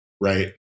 right